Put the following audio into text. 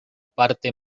parte